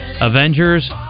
Avengers